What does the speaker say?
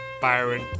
Byron